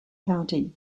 county